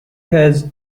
has